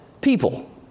people